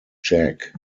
jack